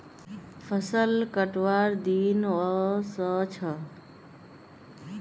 फसल कटवार दिन व स छ